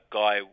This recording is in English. guy